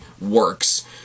works